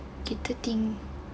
kita ting~